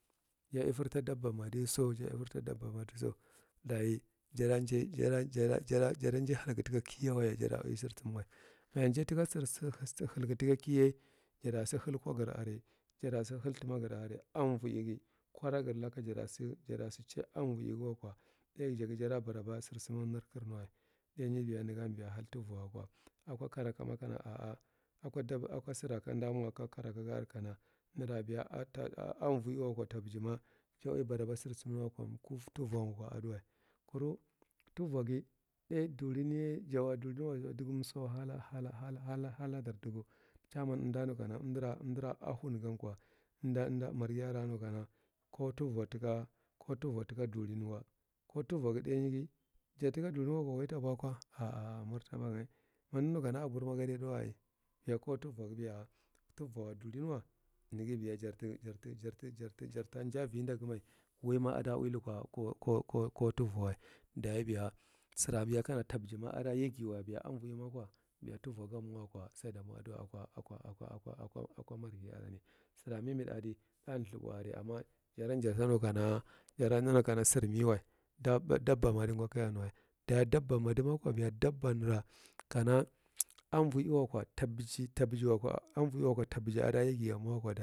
Jaifer ta dabba madisa jaifer dabba madiso, daye jada jaye jada jada jaye heuku hika kiyewa jado uwi sirsuwa, majajaye tika “sir sir” henkugh tika kiye jata sir hen kow gre are jata si hentuma gre me umvoighi jata si chai koragre are amvoighi wa ko thāgth beya jaghi jada baraba siswanmar kirne wa thāgth na beya negha tihan tuvo wako ako kaeama ā aka sira kanda mo kokaraka ga ure kano umvoi wako ja ii baraba sir sum wanko dubvo wako tabijima ja uwi wako tabijina ta uwi barab sir sum wako fuvon wako aduwa, kur tukoghi thāgth durinye jarwa dorigo hela hela helader dugu, chaman umda mukana umdura ahungan ko umthāgth marghi are nukana ko tuvo tika durin kuwa tura tika tuvo duka wka durin wako waita bouko ‘a’ martabanga ma umdunikana abuma gadai thāgth wa ai, beya kaw tuvo beya tuvowa durin wa nege beya gati jarti, jarta jay arevi dagumai wau ma ada uwi kukocko” ko z kotuv tuvowa daye beya sir kana beya avoi wako ta biji adayaghi be tuvo gan mawa ko aduwa ako marghi yama sira me me thūgth adi lthudth boa are amma jarian jar ja muka ma jar tamu ka sir mewa dabba madi ofhao kajanu daye dabba ma di kajanako daye dabba ma avoi wako tabiji ada yasghi wako.